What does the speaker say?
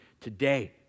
today